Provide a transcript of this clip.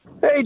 Hey